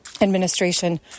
administration